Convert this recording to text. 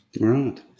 Right